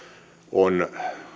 on